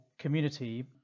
Community